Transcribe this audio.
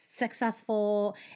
successful